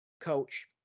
coach